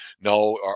No